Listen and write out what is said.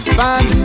find